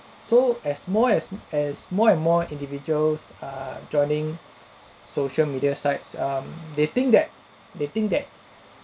so as more as as more and more individuals are joining social media sites um they think that they think that